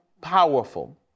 powerful